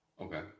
Okay